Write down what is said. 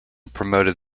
promoted